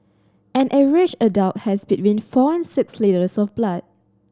an average adult has been four and six litres of blood